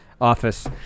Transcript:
office